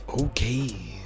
Okay